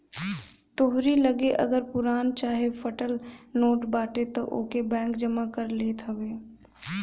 तोहरी लगे अगर पुरान चाहे फाटल नोट बाटे तअ ओके बैंक जमा कर लेत हवे